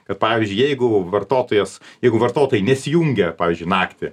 kad pavyzdžiui jeigu vartotojas jeigu vartotojai nesijungia pavyzdžiui naktį